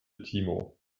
timo